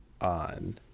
on